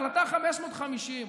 ההחלטה 550,